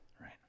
right